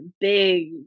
big